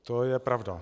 To je pravda.